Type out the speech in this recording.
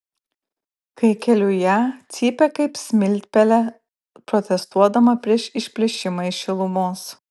kai keliu ją cypia kaip smiltpelė protestuodama prieš išplėšimą iš šilumos